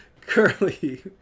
curly